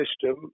system